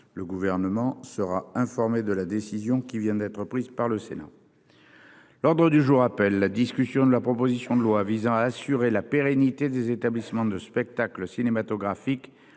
le gouvernement sera informé de la décision qui vient d'être prise par le Sénat. L'ordre du jour appelle la discussion de la proposition de loi visant à assurer la pérennité des établissements de spectacle cinématographique